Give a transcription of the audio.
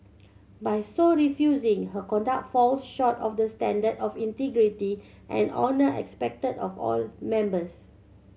by so refusing her conduct falls short of the standard of integrity and honour expected of all members